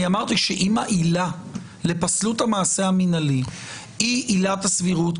אני אמרתי שאם העילה לפסלות המעשה המינהלי היא עילת הסבירות,